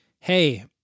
hey